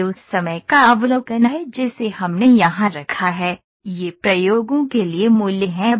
यह उस समय का अवलोकन है जिसे हमने यहां रखा है ये प्रयोगों के लिए मूल्य हैं